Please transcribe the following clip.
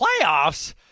playoffs